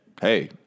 Hey